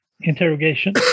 interrogation